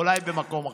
אולי במקום אחר.